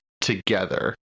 together